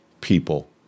people